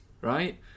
right